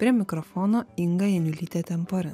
prie mikrofono inga janiulytė temporin